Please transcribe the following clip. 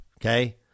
Okay